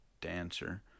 dancer